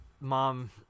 Mom